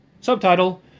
Subtitle